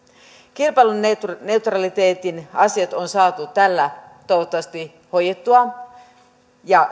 kilpailuneutraliteetin asiat on saatu tällä toivottavasti hoidettua ja